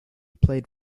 played